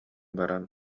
баран